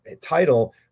title